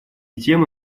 темы